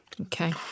Okay